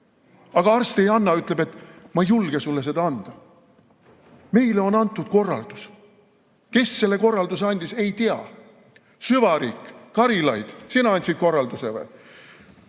Aga arst ei anna, ütleb, et ma ei julge sulle seda anda, meile on antud korraldus. Kes selle korralduse andis, ei tea. Süvariik? Karilaid, sina andsid korralduse või?